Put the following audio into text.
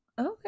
okay